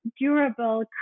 durable